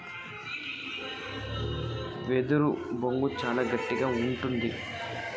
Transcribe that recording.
వెదురు బొంగు చాలా గట్టిగా ఉంటది